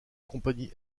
compagnies